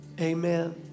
amen